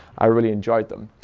i really enjoyed them.